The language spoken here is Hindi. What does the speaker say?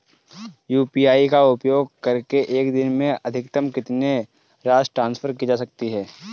यू.पी.आई का उपयोग करके एक दिन में अधिकतम कितनी राशि ट्रांसफर की जा सकती है?